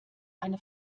eine